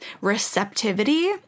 receptivity